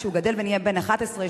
כשהוא גדל ונהיה בן 11,